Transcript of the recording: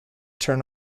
turn